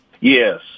Yes